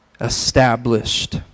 Established